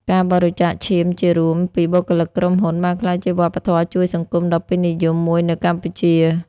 ការបរិច្ចាគឈាមជារួមពីបុគ្គលិកក្រុមហ៊ុន បានក្លាយជាវប្បធម៌ជួយសង្គមដ៏ពេញនិយមមួយនៅកម្ពុជា។